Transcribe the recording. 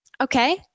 Okay